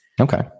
Okay